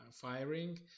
firing